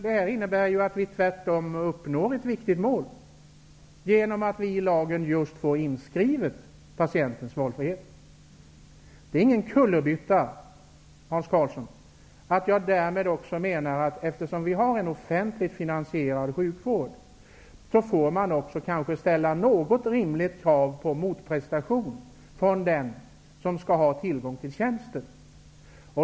Detta innebär att vi tvärtom uppnår ett viktigt mål genom att vi i lagen får patientens valfrihet inskriven. Det är ingen kullerbytta, Hans Karlsson, att jag därmed också menar att vi, eftersom vi har en offentligt finansierad sjukvård, får ställa något rimligt krav på motprestation från den som skall ha tillgång till tjänsten.